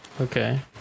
Okay